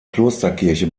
klosterkirche